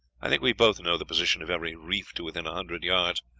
i think we both know the position of every reef to within a hundred yards,